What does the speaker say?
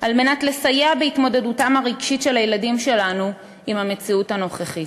על מנת לסייע בהתמודדותם הרגשית של הילדים שלנו עם המציאות הנוכחית.